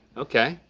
okay,